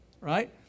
Right